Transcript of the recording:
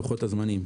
לוחות הזמנים,